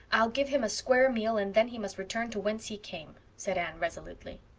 i'll give him a square meal and then he must return to whence he came, said anne resolutely.